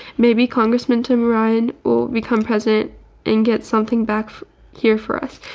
maybe congressman tim ryan will become president and get something back here for us.